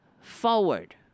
forward